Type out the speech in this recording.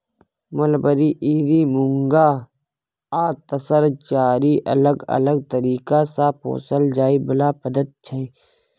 mulberry, eri, muga आ तसर चारि अलग अलग तरीका सँ पोसल जाइ बला पद्धति छै